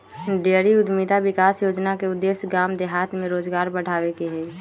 dairy उद्यमिता विकास योजना के उद्देश्य गाम देहात में रोजगार बढ़ाबे के हइ